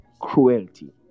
cruelty